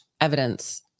Evidence